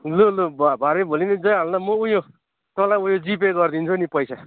लु लु भ भरे भोलि नै जाइहाल न म उयो तँलाई उयो जिपे गरिदिन्छु नि पैसासा